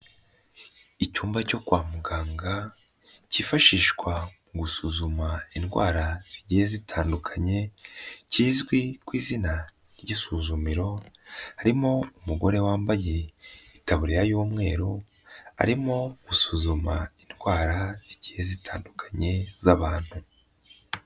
Icyumba cyo kwa muganga kifashishwa mu gusuzuma indwara zigiye zitandukanye kizwi ku izina ry'isuzumiro, harimo umugore wambaye itaburiya y'umweru arimo gusuzuma indwara zigiye zitandukanye z'abantu.